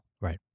Right